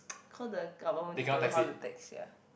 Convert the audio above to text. cause the government don't know how to tax sia